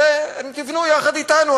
תבנו יחד אתנו,